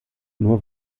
nur